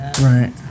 Right